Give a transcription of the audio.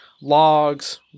logs